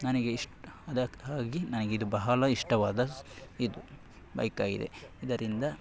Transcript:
ನನಗೆ ಇಷ್ಟ ಅದಕ್ಕಾಗಿ ನನಗಿದು ಬಹಳ ಇಷ್ಟವಾದ ಇದು ಬೈಕಾಗಿದೆ ಇದರಿಂದ